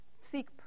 seek